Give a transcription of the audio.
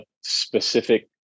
specific